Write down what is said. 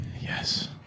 Yes